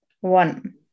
one